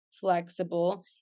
flexible